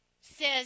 says